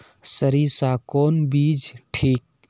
सरीसा कौन बीज ठिक?